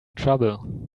trouble